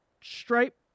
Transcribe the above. stripe